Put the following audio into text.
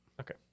Okay